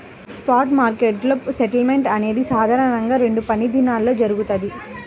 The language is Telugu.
స్పాట్ మార్కెట్లో సెటిల్మెంట్ అనేది సాధారణంగా రెండు పనిదినాల్లో జరుగుతది,